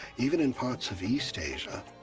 even in parts of east asia.